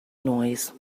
noise